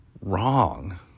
Wrong